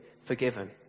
forgiven